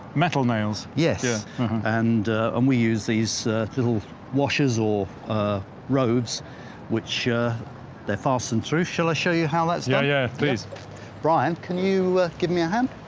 metal nails? yes yeah and and we use these little washers or roves which they're fastened through, shall i show you how that's done yeah yeah please brian, can you give me a hand?